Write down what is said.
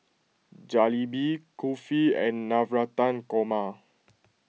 Jalebi Kulfi and Navratan Korma